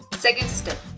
second step,